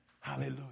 Hallelujah